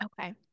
Okay